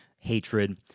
hatred